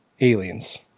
Aliens